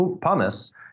Pumice